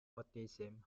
autism